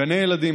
גני ילדים,